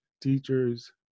teachers